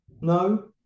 No